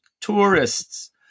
tourists